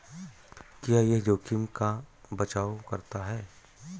क्या यह जोखिम का बचाओ करता है?